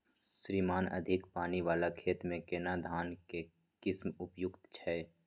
श्रीमान अधिक पानी वाला खेत में केना धान के किस्म उपयुक्त छैय?